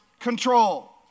control